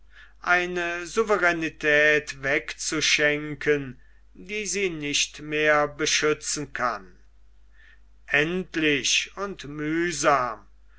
eine souveränetät wegzuschenken die sie nicht mehr beschützen kann endlich und mühsam